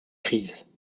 crise